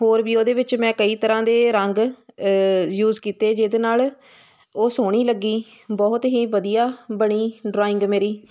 ਹੋਰ ਵੀ ਉਹਦੇ ਵਿੱਚ ਮੈਂ ਕਈ ਤਰ੍ਹਾਂ ਦੇ ਰੰਗ ਯੂਸ ਕੀਤੇ ਜਿਹਦੇ ਨਾਲ ਉਹ ਸੋਹਣੀ ਲੱਗੀ ਬਹੁਤ ਹੀ ਵਧੀਆ ਬਣੀ ਡਰਾਇੰਗ ਮੇਰੀ